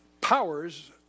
powers